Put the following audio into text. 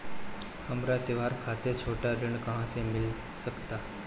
हमरा त्योहार खातिर छोट ऋण कहाँ से मिल सकता?